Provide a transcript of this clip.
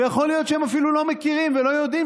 ויכול להיות שהם אפילו לא מכירים ולא יודעים